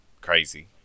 crazy